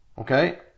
okay